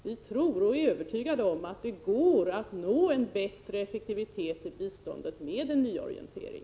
Vi tror och är övertygade om att det går att nå en bättre effektivitet i biståndet med en nyorientering.